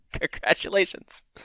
Congratulations